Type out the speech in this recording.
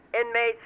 Inmates